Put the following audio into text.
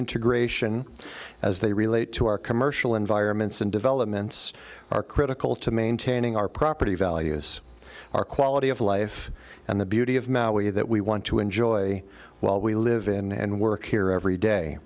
integration as they relate to our commercial environments and developments are critical to maintaining our property values our quality of life and the beauty of maui that we want to enjoy while we live in and work here every day